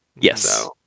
yes